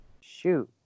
shoot